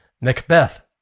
Macbeth